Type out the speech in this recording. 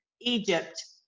Egypt